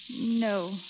No